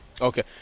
Okay